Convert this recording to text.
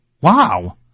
Wow